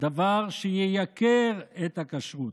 דבר שייקר את הכשרות.